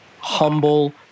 humble